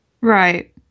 Right